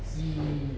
!ee!